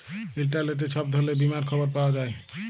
ইলটারলেটে ছব ধরলের বীমার খবর পাউয়া যায়